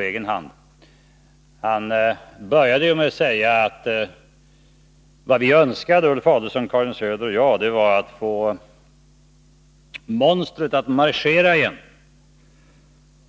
Finansministern börjar med att säga att vad vi önskade, Ulf Adelsohn, Karin Söder och jag, var att få monstret att marschera igen